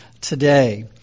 today